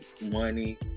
money